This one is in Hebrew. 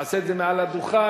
תעשה את זה מעל הדוכן,